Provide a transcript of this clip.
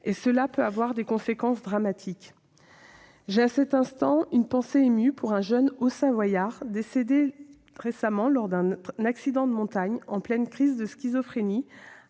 Cela peut avoir des conséquences dramatiques. J'ai, à cet instant, une pensée émue pour un jeune Haut-Savoyard décédé récemment lors d'un accident de montagne en pleine crise de schizophrénie,